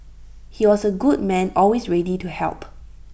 he was A good man always ready to help